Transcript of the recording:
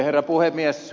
herra puhemies